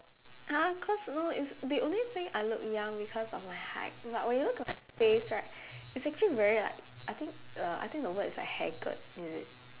!huh! cause no it's the only thing I look young because of my height but when you look at my face right it's actually very like I think uh I think the word is haggard is it